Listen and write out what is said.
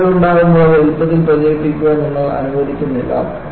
ഒരു വിള്ളൽ ഉണ്ടാകുമ്പോൾ അത് എളുപ്പത്തിൽ പ്രചരിപ്പിക്കാൻ നിങ്ങൾ അനുവദിക്കുന്നില്ല